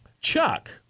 Chuck